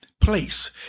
place